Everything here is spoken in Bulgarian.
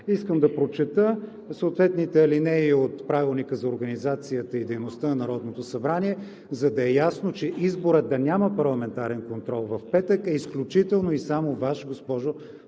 искам да прочета съответните алинеи от Правилника за организацията и дейността на Народното събрание, за да е ясно, че изборът да няма парламентарен контрол в петък е изключително и само Ваш, госпожо